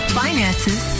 finances